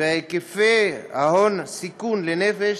והיקפי ההון-סיכון לנפש